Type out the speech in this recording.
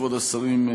כבוד השרים,